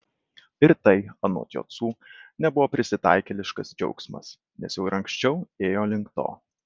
ir tai anot jocų nebuvo prisitaikėliškas džiaugsmas nes jau ir anksčiau ėjo link to